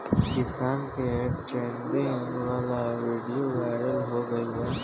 किसान के ट्रेनिंग वाला विडीओ वायरल हो गईल बा